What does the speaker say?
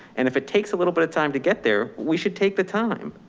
and if it takes a little bit of time to get there, we should take the time.